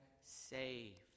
saved